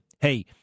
Hey